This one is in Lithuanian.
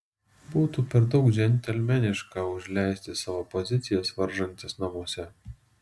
būtų per daug džentelmeniška užleisti savo pozicijas varžantis namuose